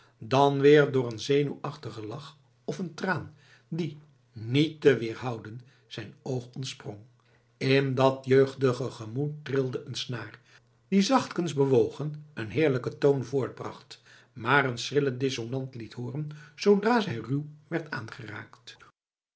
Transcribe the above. dan weer door een zenuwachtigen lach of een traan die niet te weerhouden zijn oog ontsprong in dat jeudige gemoed trilde een snaar die zachtkens bewogen een heerlijken toon voortbracht maar een schrille dissonant liet hooren zoodra zij ruw werd aangeraakt